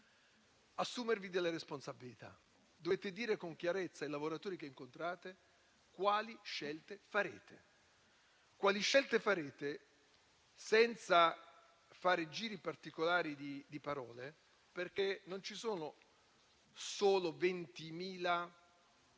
assumervi delle responsabilità. Dovete dire con chiarezza ai lavoratori che incontrate quali scelte farete, senza fare giri particolari di parole, perché non ci sono solo 20.000